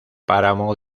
páramo